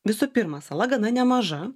visų pirma sala gana nemaža